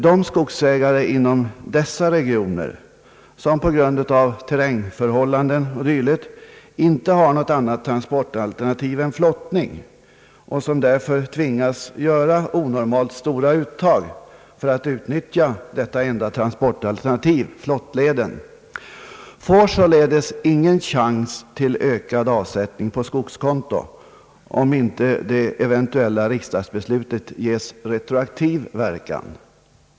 De skogsägare inom dessa regioner som på grund av terrängförhållanden o. d. inte har något annat transportalterna tiv än flottning och som därför tvingas göra onormalt stora uttag för att utnyttja detta enda transportalternativ, flottleden, får således ingen chans till ökad avsättning på skogskonto, om inte det eventuella riksdagsbeslutet ges retroaktiv verkan.